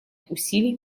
усилий